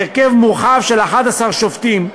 בהרכב מורחב של 11 שופטים,